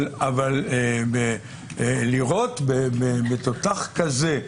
אבל לירות בתותח כזה,